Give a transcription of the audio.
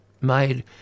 made